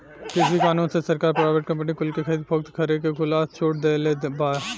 कृषि कानून से सरकार प्राइवेट कंपनी कुल के खरीद फोक्त करे के खुला छुट दे देले बा